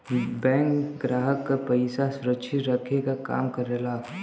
bank ग्राहक क पइसा सुरक्षित रखे क काम करला